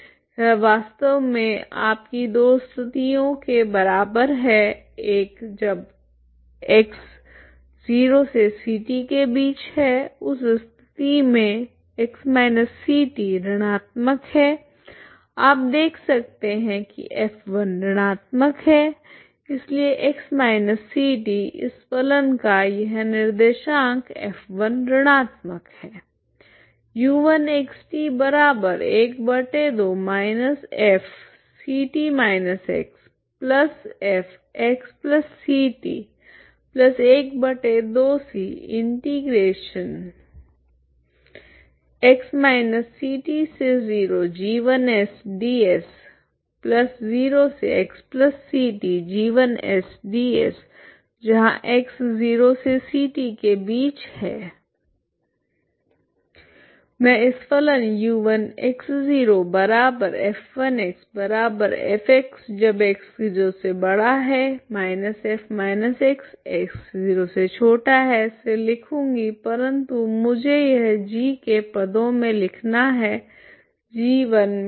यह वास्तव में आपकी दो स्थितियों के बराबर है एक जब 0xct उस स्थिति में x ct ऋणात्मक है आप देख सकते हैं कि f1 ऋणात्मक है इसलिए x ct इस फलन का यह निर्देशांक f1 ऋणात्मक है मैं इस फलन से लिखूँगी परंतु मुझे यह g के पदो मे लिखना है g1 मे नहीं